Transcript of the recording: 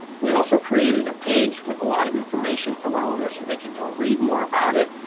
we also created a page with a lot of information for well owners so they could go read more about it.